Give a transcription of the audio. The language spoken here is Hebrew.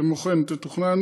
כמו כן יתוכננו